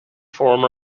form